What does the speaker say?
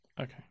Okay